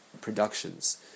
productions